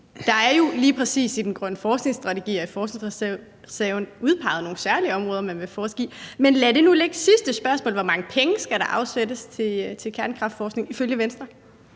der er jo lige præcis i den grønne forskningsstrategi og i forskningsreserven udpeget nogle særlige områder, man vil forske i. Men lad det nu ligge. Det sidste spørgsmål er: Hvor mange penge skal der afsættes til kernekraftforskning ifølge Venstre?